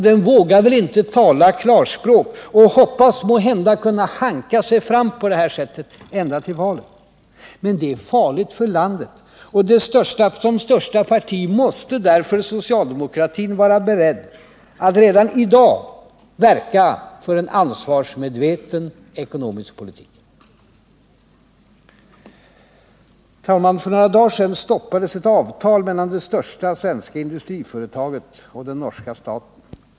Den vågar väl inte tala klarspråk och hoppas måhända kunna hanka sig fram på det här sättet ända till valet. Det är farligt för landet. Som största parti måste därför socialdemokratin vara beredd att redan i dag verka för en ansvarsmedveten ekonomisk politik. Herr talman! För några dagar sedan stoppades ett avtal mellan det största svenska industriföretaget och den norska staten.